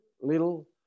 little